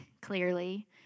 clearly